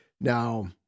Now